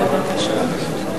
בבקשה.